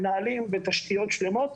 מנהלים ותשתיות שלמות.